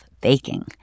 baking